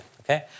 okay